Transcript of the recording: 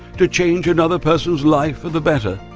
to change another person's life for the better.